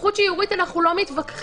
סמכות שיורית אנחנו לא מתווכחים.